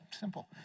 simple